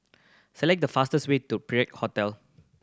select the fastest way to Perak Hotel